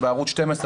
בערוץ 12,